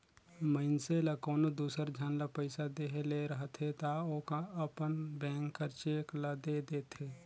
मइनसे ल कोनो दूसर झन ल पइसा देहे ले रहथे ता ओ अपन बेंक कर चेक ल दे देथे